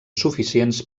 suficients